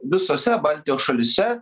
visose baltijos šalyse